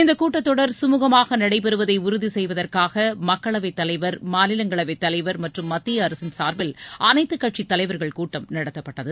இந்தக் கூட்டத்தொடர் கமூகமாக நடைபெறுவதை உறுதி செய்வதற்காக மக்களவைத் தலைவர் மாநிலங்களவைத் தலைவர் மற்றும் மத்திய அரசு சார்பில் அனைத்துகட்சித் தலைவர்கள் கூட்டம் நடத்தப்பட்டது